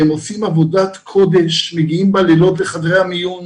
הם עושים עבודת קודש, מגיעים בלילות לחדרי המיון,